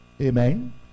Amen